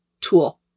tool